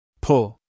Pull